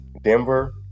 Denver